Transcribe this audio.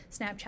Snapchat